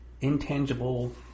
intangible